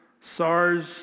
SARS